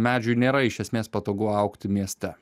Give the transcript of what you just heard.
medžiui nėra iš esmės patogu augti mieste